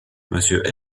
monsieur